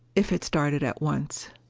if it started at once.